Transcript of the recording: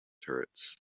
turrets